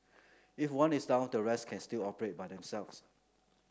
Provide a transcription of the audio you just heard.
if one is down the rest can still operate by themselves